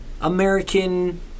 American